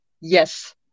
Yes